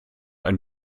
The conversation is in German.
ein